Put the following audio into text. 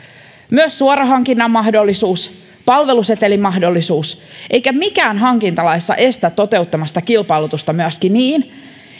myös suorahankinnan mahdollisuus palvelusetelimahdollisuus eikä mikään hankintalaissa estä toteuttamasta kilpailutusta myöskin niin